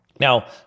Now